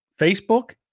Facebook